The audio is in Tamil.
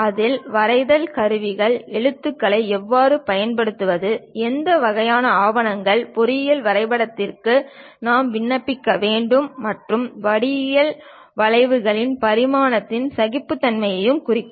அதில் வரைதல் கருவிகள் எழுத்துக்களை எவ்வாறு பயன்படுத்துவது எந்த வகையான ஆவணங்கள் பொறியியல் வரைபடத்திற்கு நாம் விண்ணப்பிக்க வேண்டும் மற்றும் வடிவியல் வளைவுகளின் பரிமாணத்தையும் சகிப்புத்தன்மையையும் குறிக்கும்